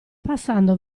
passando